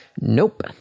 Nope